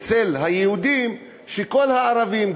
שכל הערבים,